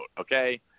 okay